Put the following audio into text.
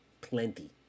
plenty